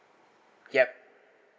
yup